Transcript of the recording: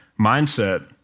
mindset